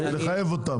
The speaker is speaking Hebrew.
לחייב אותם?